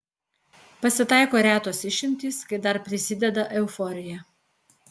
pasitaiko retos išimtys kai dar prisideda euforija